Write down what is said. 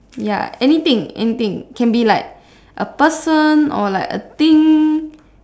ya anything anything can be like a person or like a thing